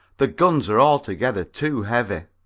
the guns are altogether too heavy.